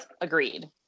agreed